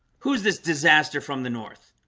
who's this disaster from the north?